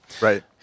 Right